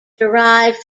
derived